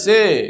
Say